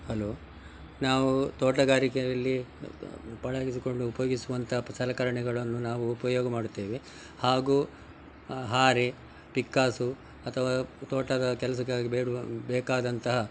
hello ನಾವು ತೋಟಗಾರಿಕೆಯಲ್ಲಿ ಪಳಗಿಸಿಕೊಂಡು ಉಪಯೋಗಿಸುವಂಥ ಪ್ ಸಲಕರಣೆಗಳನ್ನು ನಾವು ಉಪಯೋಗ ಮಾಡುತ್ತೇವೆ ಹಾಗೂ ಹಾರೆ ಪಿಕ್ಕಾಸು ಅಥವಾ ತೋಟದ ಕೆಲಸಕ್ಕಾಗಿ ಬೇಡುವ ಬೇಕಾದಂತಹ